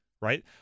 Right